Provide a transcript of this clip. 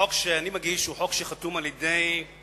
החוק שאני מגיש הוא חוק שחתמו עליו אני,